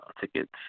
tickets